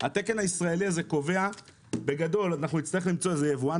התקן הישראלי הזה קובע בגדול שאנחנו נצטרך למצוא איזה יבואן